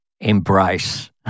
embrace